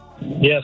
Yes